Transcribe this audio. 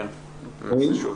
בבקשה.